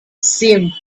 seemed